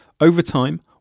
Overtime